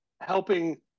helping